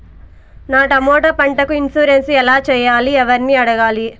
నా టమోటా పంటకు ఇన్సూరెన్సు ఎలా చెయ్యాలి? ఎవర్ని అడగాలి?